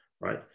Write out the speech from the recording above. right